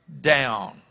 down